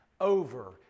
over